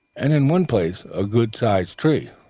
and in one place a good-sized tree,